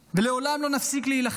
ולעולם לא נפסיק להילחם